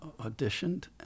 auditioned